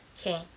Okay